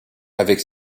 avec